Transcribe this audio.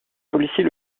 policiers